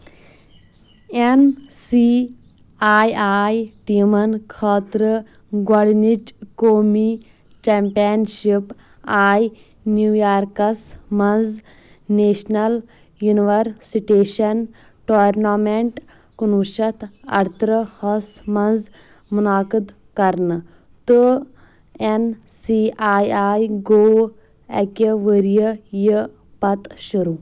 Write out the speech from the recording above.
N C I I ٹیٖمَن خٲطرٕ گۄڈٕنِچ قومی چَمپینشِپ آے نِویارکَس منٛز نیشنَل یُنوَرسٕٹیشَن ٹورنَمٮ۪نٛٹ کُنہٕ وُہ شَتھ اَرتٕرٛہَس منٛز مُنعقٕد کَرنہٕ تہٕ اٮ۪ن سی آی آی گوٚو اَکہِ ؤریہِ یہِ پَتہٕ شُروٗع